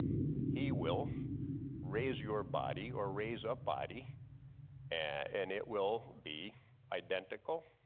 he will raise your body or raise up body and it will be identical,